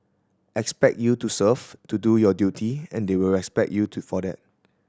expect you to serve to do your duty and they will respect you to for that